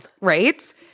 Right